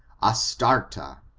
astarta.